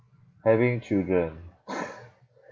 having children